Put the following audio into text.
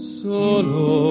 solo